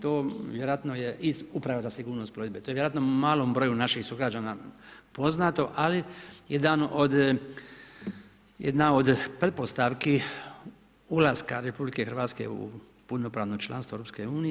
To vjerojatno je iz uprave za sigurnost plovidbe, to je vjerojatno malom broju naših sugrađana poznato, ali i jedna od pretpostavki ulaska RH, u punopravno članstvo EU.